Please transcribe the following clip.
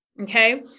okay